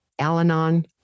Alanon